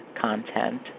content